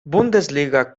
bundesliga